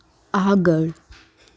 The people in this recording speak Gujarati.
આગળ